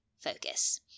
focus